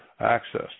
access